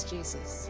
Jesus